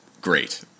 great